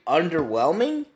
underwhelming